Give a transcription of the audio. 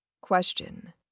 Question